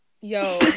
Yo